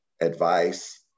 advice